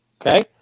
okay